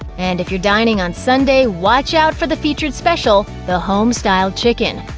and if you're dining on sunday, watch out for the featured special the homestyle chicken.